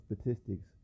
statistics